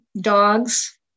Dogs